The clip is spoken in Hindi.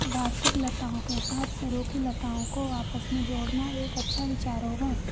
वार्षिक लताओं के साथ सरू की लताओं को आपस में जोड़ना एक अच्छा विचार होगा